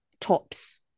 tops